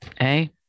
Hey